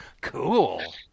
Cool